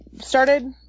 started